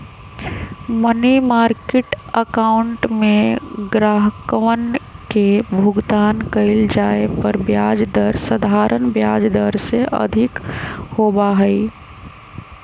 money market account में ग्राहकवन के भुगतान कइल जाये पर ब्याज दर साधारण ब्याज दर से अधिक होबा हई